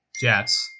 Jets